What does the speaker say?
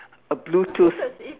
a Bluetooth